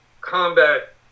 combat